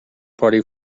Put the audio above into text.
party